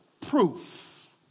proof